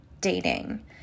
dating